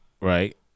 right